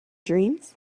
dreams